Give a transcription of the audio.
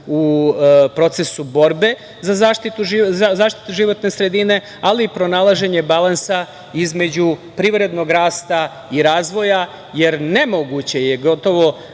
u procesu borbe za zaštitu životne sredine, ali i pronalaženje balansa između privrednog rasta i razvoja, jer nemoguće je govoriti